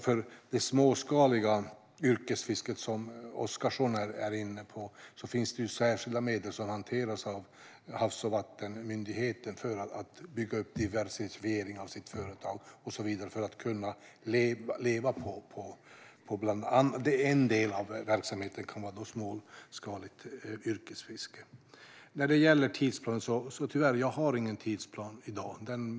För det småskaliga yrkesfisket, som Oscarsson är inne på, finns det särskilda medel som hanteras av Havs och vattenmyndigheten för att bygga upp diversifiering av fiskarnas företag för att de ska kunna leva på småskaligt yrkesfiske. Tyvärr har jag ingen tidsplan i dag.